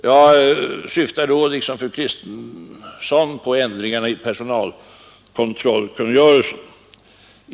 Jag syftar då liksom fru Kristensson på ändringarna i personalkontrollkungörelsen.